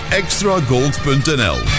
extragold.nl